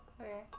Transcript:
okay